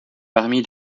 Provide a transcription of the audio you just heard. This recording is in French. parmi